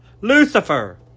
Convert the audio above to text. Lucifer